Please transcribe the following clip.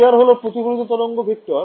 kr হল প্রতিফলিত তরঙ্গ ভেক্টর